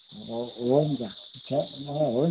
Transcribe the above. हजुर हुन्छ अँ हुन्छ